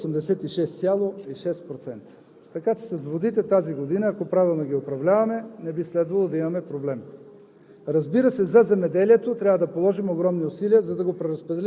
Земеделските са 39,6%, а енергетиката – 86,6%, така че тази година, ако правилно управляваме водите, не би следвало да имаме проблем.